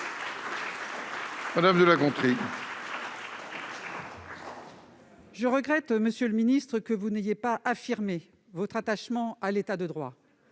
pour la réplique. Je regrette, monsieur le ministre, que vous n'ayez pas affirmé votre attachement à l'État de droit.